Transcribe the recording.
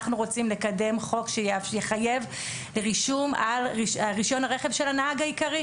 אנחנו רוצים לקדם חוק שיחייב רישום על רישיון הרכב של הנהג העיקרי.